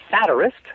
satirist